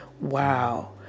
wow